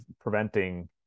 preventing